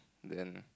then